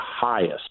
highest